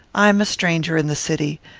i am a stranger in the city.